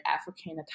African